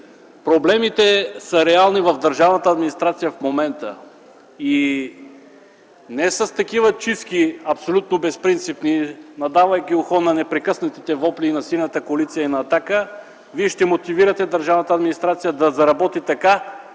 проблемите в държавната администрация са реални и не с такива абсолютно безпринципни чистки, надавайки ухо на непрекъснатите вопли на Синята коалиция и на „Атака”, вие ще мотивирате държавната администрация да заработи така,